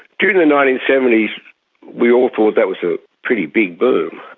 during the nineteen seventy s we all thought that was a pretty big boom,